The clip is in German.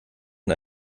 und